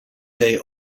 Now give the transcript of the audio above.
day